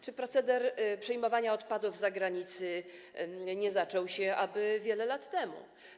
Czy proceder przyjmowania odpadów z zagranicy nie zaczął się aby wiele lat temu?